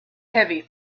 heavy